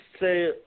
say